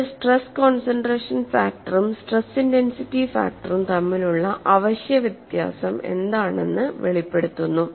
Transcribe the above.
ഇത് stress concentration ഫാക്ടറും stress intensity ഫാക്ടറും തമ്മിലുള്ള അവശ്യ വ്യത്യാസം എന്താണെന്ന് വെളിപ്പെടുത്തുന്നു